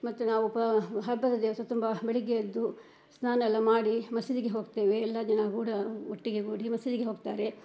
ಮತ್ತೆ ನಾವು ಉಪ ಹಬ್ಬದ ದಿವಸ ತುಂಬ ಬೆಳಗ್ಗೆ ಎದ್ದು ಸ್ನಾನ ಎಲ್ಲ ಮಾಡಿ ಮಸೀದಿಗೆ ಹೋಗ್ತೇವೆ ಎಲ್ಲ ದಿನ ಕೂಡ ಒಟ್ಟಿಗೆ ಗೂಡಿ ಮಸೀದಿಗೆ ಹೋಗ್ತಾರೆ